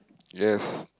yes